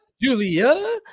Julia